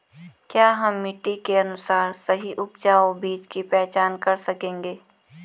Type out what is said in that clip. क्या हम मिट्टी के अनुसार सही उपजाऊ बीज की पहचान कर सकेंगे?